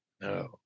no